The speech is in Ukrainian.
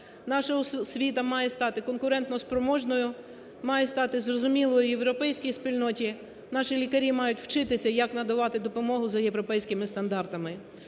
Наша освіта має стати конкурентоспроможною, має стати зрозумілою європейській спільноті, наші лікарі мають вчитися, як надавати допомогу за європейськими стандартами.